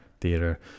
theater